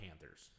Panthers